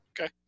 Okay